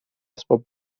اسباب